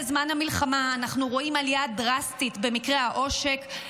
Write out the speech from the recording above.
בזמן המלחמה אנחנו רואים עלייה דרסטית במקרי העושק.